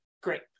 Great